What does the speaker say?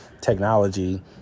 technology